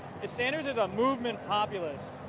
if sanders is a moving populace,